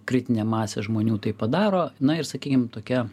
kritinė masė žmonių tai padaro na ir sakykime tokia